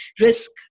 risk